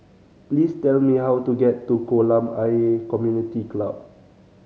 please tell me how to get to Kolam Ayer Community Club